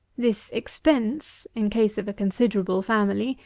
this expense, in case of a considerable family,